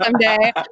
someday